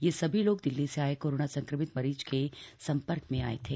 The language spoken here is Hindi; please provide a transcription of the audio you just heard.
ये सभी लोग दिल्ली से आए कोरोना संक्रमित मरीज के संपर्क में आए थे